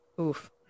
Oof